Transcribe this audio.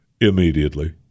immediately